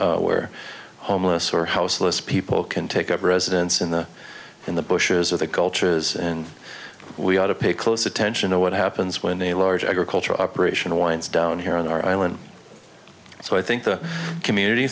where homeless or houseless people can take up residence in the in the bushes of the cultures and we ought to pay close attention to what happens when a large agricultural operation winds down here on our island so i think the community